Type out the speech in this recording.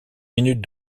minutes